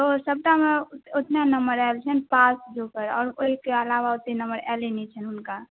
आओर सबटामे ओतना नम्बर आएल छनि पास जोगर ओहिके अलावा ओतेक नम्बर अएले नहि छनि हुनका